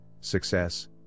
success